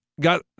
got